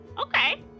Okay